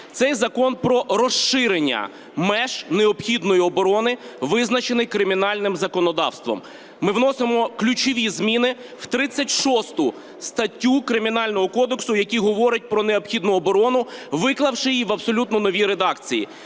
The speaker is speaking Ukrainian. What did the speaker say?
Цей закон про розширення меж необхідної оборони, визначених кримінальним законодавством. Ми вносимо ключові зміни в 36 статтю Кримінального кодексу, який говорить про необхідну оборону, виклавши її в абсолютно новій редакції.